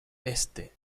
éste